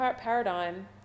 paradigm